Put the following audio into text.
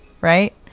right